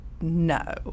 no